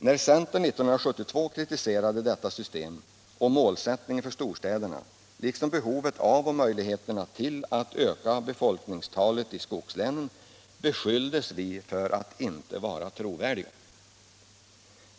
När centern 1972 kritiserade detta system och målsättningen för storstäderna liksom behovet av och möjligheterna att öka befolkningstalen i skogslänen, så beskylldes vi för att inte vara trovärdiga.